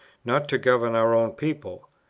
not to govern our own people.